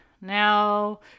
Now